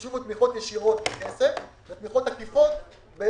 יש חישוב של התמיכות הישירות בכסף ושל התמיכות העקיפות במכסים.